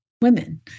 women